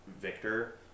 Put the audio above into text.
Victor